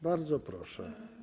Bardzo proszę.